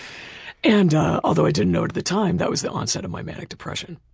and ah although i didn't know it at the time, that was the onset of my manic depression.